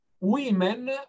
Women